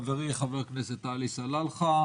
חברי חבר הכנסת עלי סלאלחה,